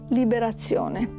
liberazione